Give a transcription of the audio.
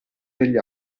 degli